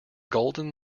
golden